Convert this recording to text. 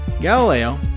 Galileo